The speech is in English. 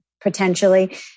potentially